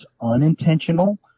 unintentional